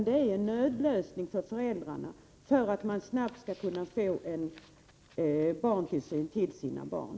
Det är en nödlösning för föräldrarna för att de snabbt skall kunna få en barntillsyn till sina barn.